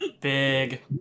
Big